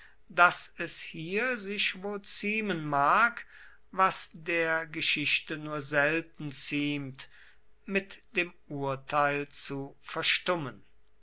daß es hier sich wohl ziemen mag was der geschichte nur selten ziemt mit dem urteil zu verstummen